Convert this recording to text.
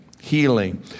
Healing